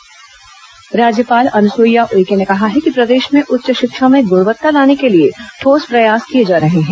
राज्यपाल सेमिनार राज्यपाल अनुसुईया उइके ने कहा है कि प्रदेश में उच्च शिक्षा में गुणवत्ता लाने के लिए ठोस प्रयास किए जा रहे हैं